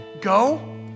go